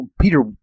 Peter